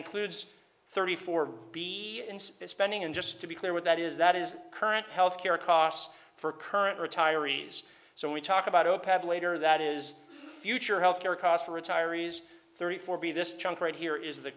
includes thirty four b spending and just to be clear what that is that is current health care costs for current retirees so we talk about zero pad later that is future health care costs for retirees thirty four b this chunk right here is the